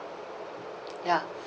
ya